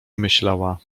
myślała